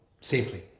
safely